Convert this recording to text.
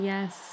Yes